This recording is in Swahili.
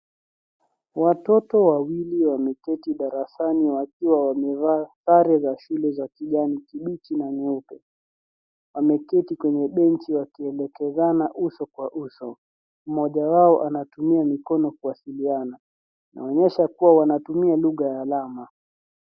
Watoto wawili wameketi darasani wakiwa wamevaa sare za shule za kijani kibichi na nyeupe. Wameketi kwenye benchi wakielekezana uso kwa uso. Mmoja wao anatumia mikono kuwasiliana. Inaonyesha kuwa wanatumia lugha ya alama.